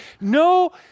No